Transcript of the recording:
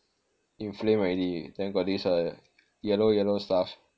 inflamed already then got this uh yellow yellow stuff